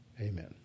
Amen